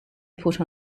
put